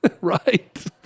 right